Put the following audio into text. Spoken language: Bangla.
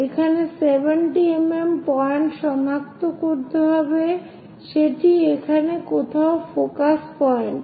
এখানে 70mm পয়েন্ট সনাক্ত করতে হবে সেটি এখানে ফোকাস পয়েন্ট